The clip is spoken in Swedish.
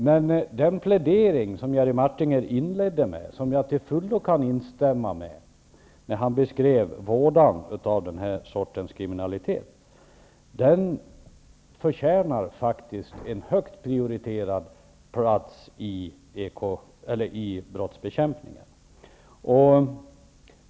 Men den plädering som Jerry Martinger inledde med, när han beskrev vådan av den här sortens kriminalitet, kan jag till fullo instämma i -- den förtjänar faktiskt hög prioritet i brottsbekämpningen.